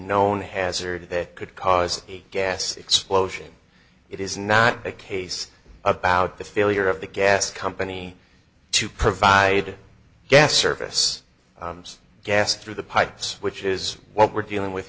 known hazard that could cause a gas explosion it is not a case about the failure of the gas company to provide gas service gas through the pipes which is what we're dealing with